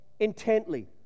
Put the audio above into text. intently